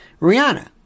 Rihanna